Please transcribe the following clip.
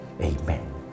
Amen